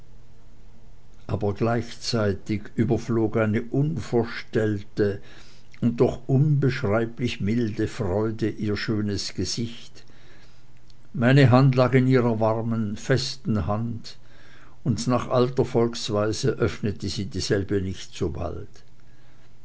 aber gleichzeitig überflog eine unverstellte und doch unbeschreiblich milde freude ihr schönes gesicht meine hand lag in ihrer warmen festen hand und nach alter volkesweise öffnete sie dieselbe nicht so bald